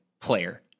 player